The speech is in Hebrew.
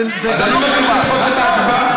אז אני מבקש לדחות את ההצבעה.